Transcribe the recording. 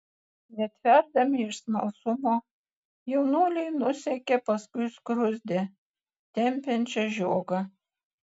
netverdami iš smalsumo jaunuoliai nusekė paskui skruzdę tempiančią žiogą